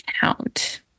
count